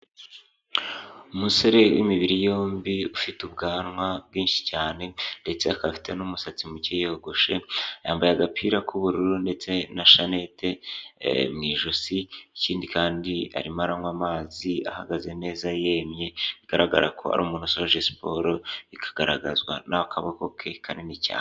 Umusore w'imibiri yombi ufite ubwanwa bwinshi cyane ndetse akaba afite n'umusatsi muke yogoshe, yambaye agapira k'ubururu ndetse na shanete mu ijosi, ikindi kandi arimo aranywa amazi ahagaze neza yemye, bigaragara ko ari umuntu usoje siporo, bikagaragazwa n'akaboko ke kanini cyane.